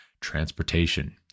transportation